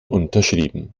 unterschrieben